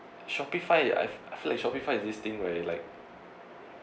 Shopify I've I feel like Shopify is this thing where like